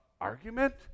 argument